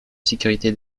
sécurité